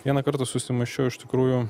vieną kartą susimąsčiau iš tikrųjų